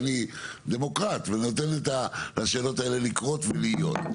ואני דמוקרט ואני נותן לשאלות האלה לקרות ולהיות,